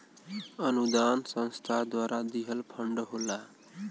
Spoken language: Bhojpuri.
अनुदान संस्था द्वारा दिहल फण्ड होला